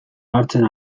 hartzen